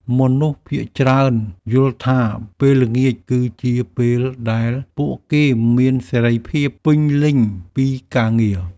មនុស្សភាគច្រើនយល់ថា ពេលល្ងាចគឺជាពេលដែលពួកគេមានសេរីភាពពេញលេញពីការងារ។